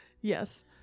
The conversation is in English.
Yes